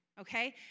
Okay